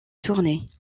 tournées